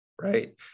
right